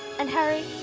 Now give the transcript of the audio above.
and harry,